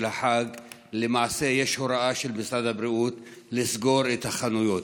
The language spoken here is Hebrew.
החג יש הוראה של משרד הבריאות לסגור את החנויות.